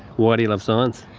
why do you love science?